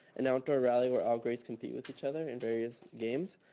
an outdoor rally where all grades compete with each other in various games.